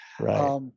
Right